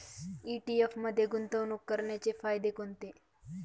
ETF मध्ये गुंतवणूक करण्याचे फायदे कोणते?